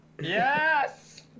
Yes